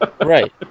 Right